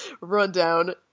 rundown